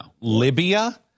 Libya